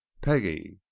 peggy